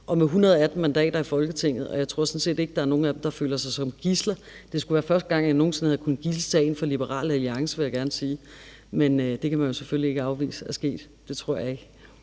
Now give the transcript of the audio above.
er med 118 mandater i Folketinget, og jeg tror sådan set ikke, der er nogle af dem, der føler sig som gidsler. Det skulle være første gang, jeg nogensinde har kunnet tage en fra Liberal Alliance som gidsel, vil jeg gerne sige. Men det kan man jo selvfølgelig ikke afvise er sket, men det tror jeg ikke.